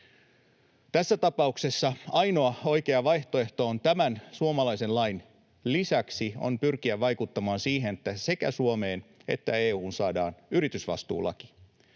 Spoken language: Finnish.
Tässä tapauksessa ainoa oikea vaihtoehto tämän suomalaisen lain lisäksi on pyrkiä vaikuttamaan siihen, että sekä Suomeen että EU:hun saadaan yritysvastuulaki.